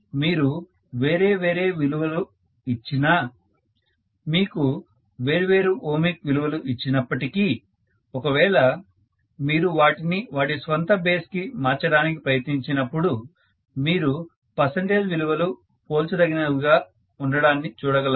మీరు వేరే వేరే విలువ కు ఇచ్చినా మీకు వేర్వేరు ఓమిక్ విలువలు ఇచ్చినప్పటికీ ఒకవేళ మీరు వాటిని వాటి స్వంత బేస్ కి మార్చడానికి ప్రయత్నించినపుడు మీరు పర్సెంటేజ్ విలువలు పోల్చదగినవిగా ఉండడాన్ని చూడగలరు